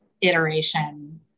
iteration